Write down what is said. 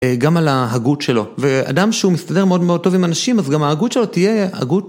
גם על ההגות שלו, ואדם שהוא מסתדר מאוד מאוד טוב עם אנשים אז גם ההגות שלו תהיה הגות